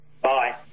Bye